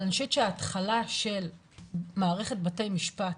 אבל אני חושבת שההתחלה של מערכת בתי משפט,